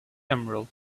emerald